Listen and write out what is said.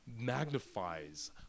magnifies